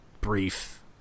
brief